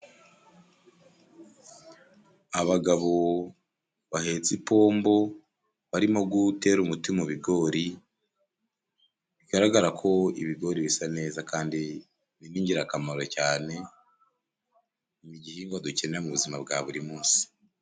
Abagabo bahetse impombo barimo gutera umuti mu bigori. Bigaragara ko ibigori bisa neza kandi by'ingirakamaro cyane. Ni igihingwa dukenera mu buzima bwa buri munsi.